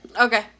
Okay